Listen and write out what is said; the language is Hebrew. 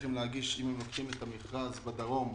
צריכים להגיד אם הם ניגשים למכרז בדרום.